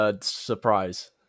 surprise